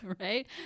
Right